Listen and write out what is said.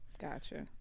Gotcha